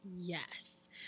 Yes